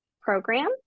program